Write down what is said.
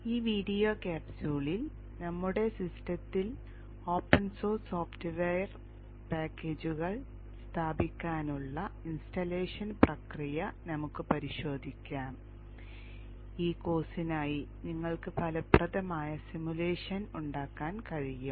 ഈ വീഡിയോ ക്യാപ്സ്യൂളിൽ നമ്മുടെ സിസ്റ്റത്തിൽ ഓപ്പൺ സോഴ്സ് സോഫ്റ്റ്വെയർ പാക്കേജുകൾ സ്ഥാപിക്കാനുള്ള ഇൻസ്റ്റാളേഷൻ പ്രക്രിയ നമുക്ക് പരിശോധിക്കാം ഈ കോഴ്സിനായി നിങ്ങൾക്ക് ഫലപ്രദമായ സിമുലേഷൻ ഉണ്ടാക്കാൻ കഴിയും